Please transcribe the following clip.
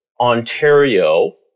Ontario